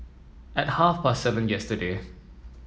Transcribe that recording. at half past seven yesterday